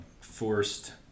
forced